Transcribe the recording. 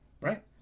right